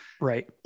right